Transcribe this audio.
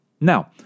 Now